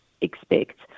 expect